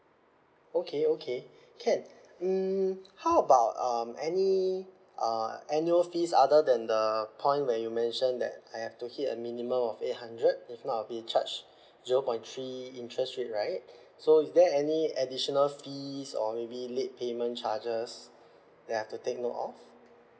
okay okay can mm how about um any uh annual fees other than the point where you mention that I have to hit a minimum of eight hundred if not I'll be charged zero point three interest rate right so is there any additional fees or maybe late payment charges ya to take note of